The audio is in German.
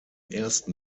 ersten